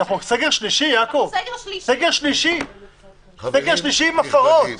אנחנו בסגר שלישי, יעקב, סגר שלישי עם הפרות.